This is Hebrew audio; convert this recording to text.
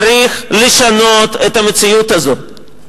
צריך לשנות את המציאות הזאת.